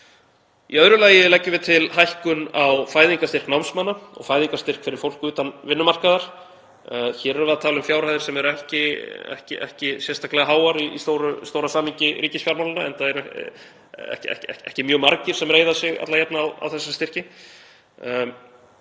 Í öðru lagi leggjum við til hækkun á fæðingarstyrk námsmanna og fæðingarstyrk fyrir fólk utan vinnumarkaðar. Hér erum við að tala um fjárhæðir sem eru ekki sérstaklega háar í stóra samhengi ríkisfjármálanna, enda eru ekki mjög margir sem reiða sig alla jafna á þessa styrki.